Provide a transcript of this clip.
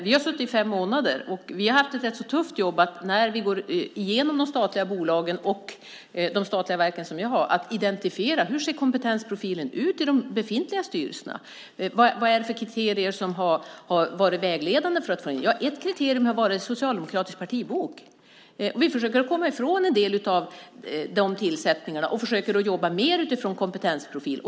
Vi har suttit i fem månader, och vi har haft ett rätt tufft jobb när vi gått igenom de statliga bolagen och de statliga verken med att identifiera hur kompetensprofilen ser ut i de befintliga styrelserna. Vilka kriterier har varit vägledande? Ja, ett kriterium har varit socialdemokratisk partibok. Vi försöker komma ifrån en del av de tillsättningarna och jobba mer utifrån kompetensprofil.